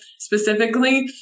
Specifically